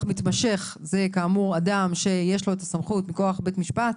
מתמשך זה כאמור אדם שיש לו את הסמכות מכוח בית משפט